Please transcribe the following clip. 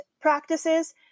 practices